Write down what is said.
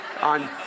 on